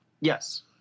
Yes